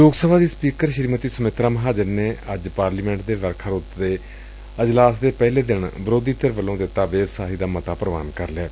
ਲੋਕ ਸਭਾ ਦੀ ਸਪੀਕਰ ਸ੍ਰੀਮਤੀ ਸੁਮਿਤਰਾ ਮਹਾਜਨ ਨੇ ਅੱਜ ਪਾਰਲੀਮੈਂਟ ਦੇ ਵਰਖਾ ਰੁੱਤ ਦੇ ਅਜਲਾਸ ਦੇ ਪਹਿਲੇ ਦਿਨ ਵਿਰੋਧੀ ਧਿਰ ਵੱਲੋ ਦਿੱਤਾ ਬੇਵਿਸਾਹੀ ਦਾ ਮਤਾ ਪ੍ਰਵਾਨ ਕਰ ਲਿਐ